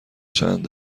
چند